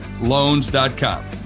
loans.com